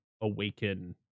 awaken